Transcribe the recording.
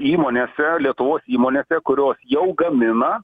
įmonėse lietuvos įmonėse kurios jau gamina